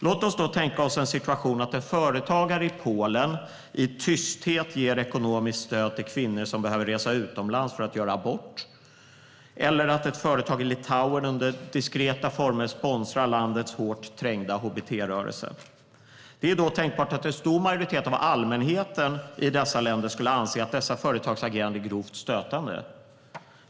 Låt oss då tänka oss en situation att en företagare i Polen i tysthet ger ekonomiskt stöd till kvinnor som behöver resa utomlands för att göra abort eller att ett företag i Litauen under diskreta former sponsrar landets hårt trängda hbt-rörelse. Det är då tänkbart att en stor majoritet av allmänheten i dessa länder skulle anse att dessa företags agerande är grovt stötande.